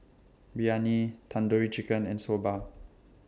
Biryani Tandoori Chicken and Soba